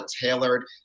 tailored